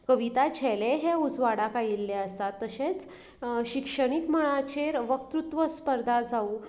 कविता झेले हे उजवाडाक आयिल्ले आसा तशेंच शिक्षणीक मळाचेर वक्तृत्व स्पर्धा जावूं